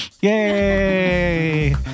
Yay